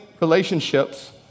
relationships